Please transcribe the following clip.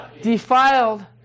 defiled